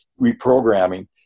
reprogramming